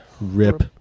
Rip